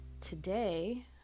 today